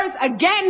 again